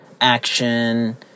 action